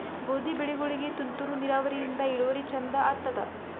ಗೋಧಿ ಬೆಳಿಗೋಳಿಗಿ ತುಂತೂರು ನಿರಾವರಿಯಿಂದ ಇಳುವರಿ ಚಂದ ಆತ್ತಾದ?